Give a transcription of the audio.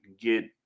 get